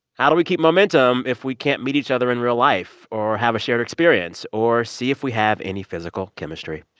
how do we keep momentum if we can't meet each other in real life or have a shared experience or see if we have any physical chemistry?